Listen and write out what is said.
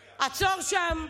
רגע, עצור שם.